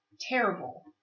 Terrible